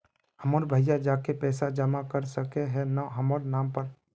हमर भैया जाके पैसा जमा कर सके है न हमर नाम पर?